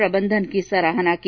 प्रबंधन की सराहना की